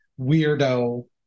weirdo